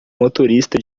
motorista